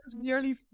nearly